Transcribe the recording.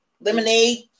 lemonade